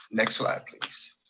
next slide please.